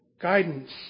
guidance